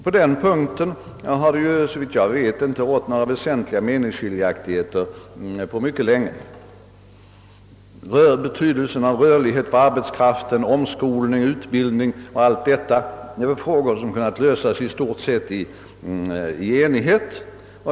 På den punkten har det, såvitt jag vet, inte rått några väsentliga meningsskiljaktigheter på mycket länge. Betydelsen av rörlighet för arbetskraften, omskolning, utbildning och allt detta är problem som kunnat lösas i stort sett i enighet.